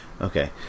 Okay